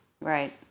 right